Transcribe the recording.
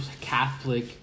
Catholic